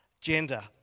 gender